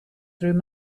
through